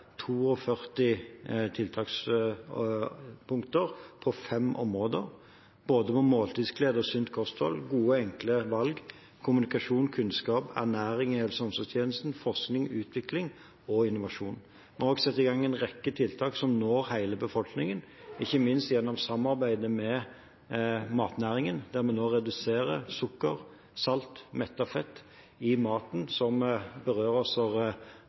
tiltakspunkter på fem områder, med både måltidsglede og sunt kosthold, gode og enkle valg, kommunikasjon, kunnskap, ernæring i helse- og omsorgstjenesten, forskning, utvikling og innovasjon. Vi har også satt i gang en rekke tiltak som når hele befolkningen, ikke minst gjennom samarbeidet med matnæringen, der vi nå reduserer sukker, salt og mettet fett i maten, som berører oss alle sammen, nettopp for